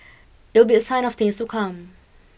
it would be a sign of things to come